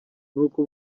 nuko